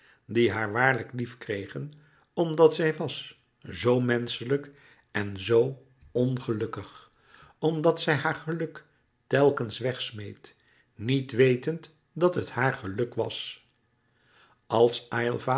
die haar waarlijk lief kregen omdat zij was zoo menschelijk en zoo ongelukkig omdat zij haar geluk telkens weg smeet niet wetend dat het haar geluk was als